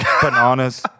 bananas